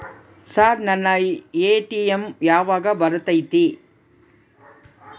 Sir ನನ್ನ ATM ಯಾವಾಗ ಬರತೈತಿ?